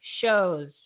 shows